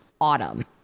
autumn